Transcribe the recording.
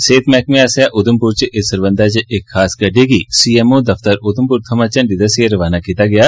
सेह्त मैह्कमे आसेआ उधमपुर च इस सरबंधै च इक विशेष गड्डी गी सी एम ओ दफ्तर उधमपुर थमां झंडी दस्सियै रवाना कीता गेआ